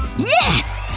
yes!